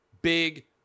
Big